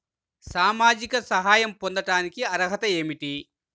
సామాజిక సహాయం పొందటానికి అర్హత ఏమిటి?